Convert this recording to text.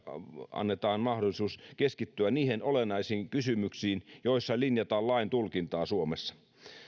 annetaan mahdollisuus keskittyä niihin olennaisiin kysymyksiin joissa linjataan lain tulkintaa suomessa